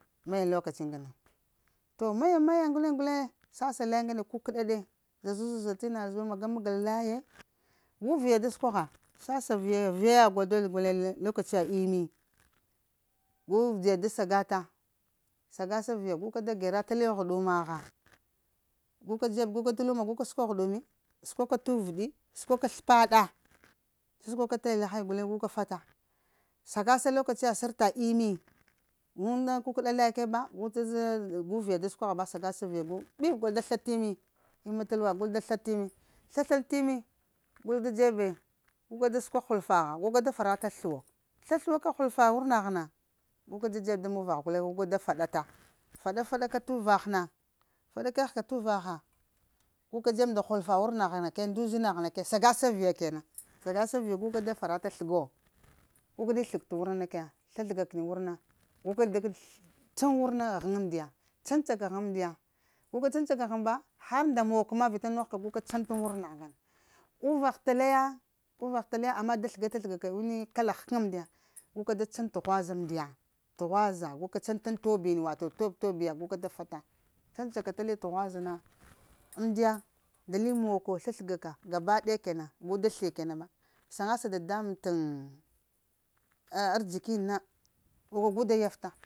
Maya lokoci ngane toh mamaya ngane gullen sasa laya ngane ku kadade zazuzal tina zowo magam agal laya gu viya da sukaha sasa viya, viyaya gull dothowo gullen lokociya emmi gu viya da shagata shagasa viya guka da gera li ghudumaha guka jebbe tuluma gella shuka ghudumi shuka uvaɗi shuka thappada sasuka taya lahaya gullen gu fata kukada laya keba guviya da shukahaba gu shagasa gu viya da sukahaba bowo gull da tha. a emmi thalwa gul da tha. a emmi tha. a ta emmi guka da suka hulfaha guka da farata thuwa thathowaka hulfa wuranaha na guka da jebbe da muvaha gullen da fadata fadafaka ta uvahana tadda keheta uvahara guk a da jebba nda hulfa wuranahana kaya nda uzina ha kaya shagasa viya kenan shagasa viya guka da tarata thagowo guka da thagowo ta wurnana kaya tha thagakani ta wurna gukani da chan ta ghangi amdiya chancaka ta changi amdiya chancaka ta changiba har nda mokkoma vita nohaka guka chanta an wurnaha ngane uvaha tallaya uvaha tallaya ama da thagata thagaka enna kala ghakana amdiya chan tuhaza amdiya tuhuza guka chanta an tobbini wato tobtobiya chancaka tali tuhazana amdiya ndali mokko, thagthaga gabadaya kenabiba thiyow kenan ba daya shagasa dadamban ta arzikiyini gu da yafta